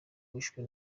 wishwe